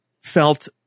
felt